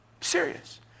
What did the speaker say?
Serious